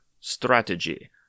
Strategy